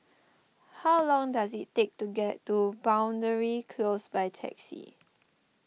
how long does it take to get to Boundary Close by taxi